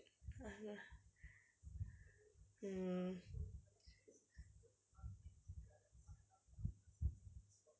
mm